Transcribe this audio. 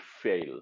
fail